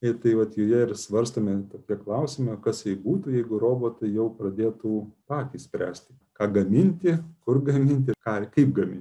ir tai vat joje ir svarstomi tokie klausimai kas jai būtų jeigu robotai jau pradėtų patys spręsti ką gaminti kur gaminti ką ir kaip gaminti